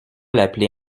l’appeler